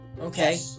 Okay